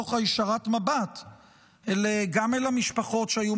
בתוך שאני מישיר גם אל משפחות שהיו